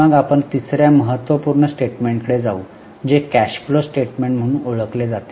मग आपण तिसर्या महत्त्वपूर्ण स्टेटमेंटकडे जाऊ जे कॅश फ्लो स्टेटमेंट म्हणून ओळखले जाते